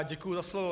Děkuji za slovo.